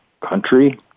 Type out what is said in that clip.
country